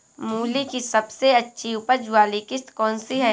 मूली की सबसे अच्छी उपज वाली किश्त कौन सी है?